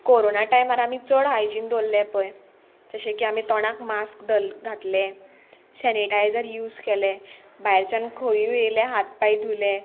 corona टायमार आमी चड हायजीन दवरले पळय जशे की आमी तोंडाक मास्क द घ घातले सॅनिटायजर यूज केले भायरच्यान खंयूय येयले हात पाय धुले